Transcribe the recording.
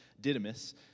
Didymus